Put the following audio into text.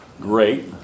Great